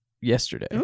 yesterday